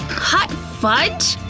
hot fudge!